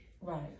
right